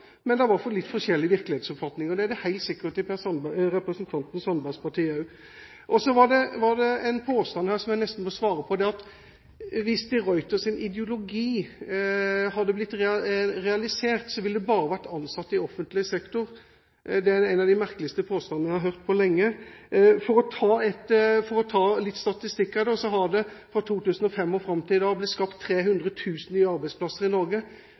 Men det har vært litt forskjellige virkelighetsoppfatninger, og det er det helt sikkert i representanten Sandbergs parti også. Så var det en påstand som jeg nesten må svare på, for det ble sagt at hvis de Ruiters ideologi hadde blitt realisert, ville det bare vært ansatte i offentlig sektor. Det er en av de merkeligste påstandene jeg har hørt på lenge. For å ta litt statistikk: Det er fra 2005 og fram til i dag skapt 300 000 nye arbeidsplasser i Norge.